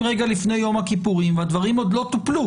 רגע לפני יום הכיפורים והדברים עוד לא טופלו,